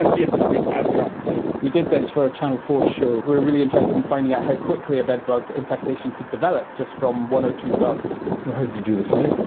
ah yes, we have. yeah we did this for a channel four show, we were really interested in finding out how quickly a bedbug infestation could develop just from one or two bugs. so how did you do the study,